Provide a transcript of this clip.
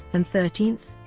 and thirteen,